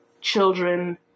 children